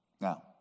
Now